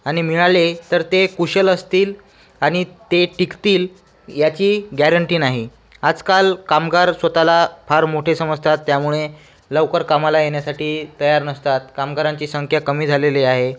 आणि मिळाले तर ते कुशल असतील आणि ते टिकतील याची गॅरंटी नाही आजकाल कामगार स्वत ला फार मोठे समजतात त्यामुळे लवकर कामाला येण्यासाठी तयार नसतात कामगारांची संख्या कमी झालेली आहे